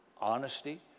honesty